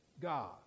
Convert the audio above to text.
God